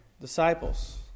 disciples